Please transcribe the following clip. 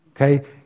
okay